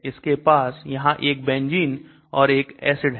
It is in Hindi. इसके पास यहां 1 बेंजीन और एक एसिड है